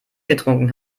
getrunken